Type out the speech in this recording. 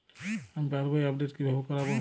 আমি পাসবই আপডেট কিভাবে করাব?